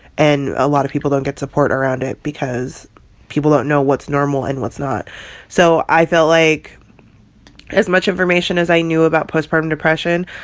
and a lot of people don't get support around it because people don't know what's normal and what's not so i felt like as much information as i knew about postpartum depression,